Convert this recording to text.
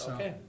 Okay